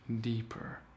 deeper